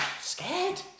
scared